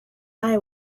eye